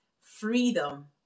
freedom